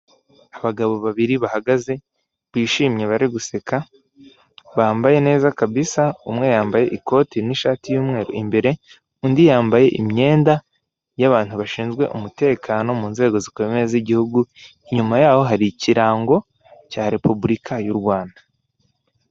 Abagabo babiri bahagaze, bishimye bari guseka, bambaye neza kabisa, umwe yambaye ikoti n'ishati y'umweru imbere, undi yambaye imyenda y'abantu bashinzwe umutekano mu nzego zikomeye z'igihugu, inyuma yaho hari ikirango cya repubulika y'u Rwanda.